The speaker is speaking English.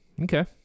Okay